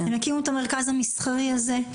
הם יקימו את המרכז המסחרי הזה,